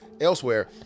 elsewhere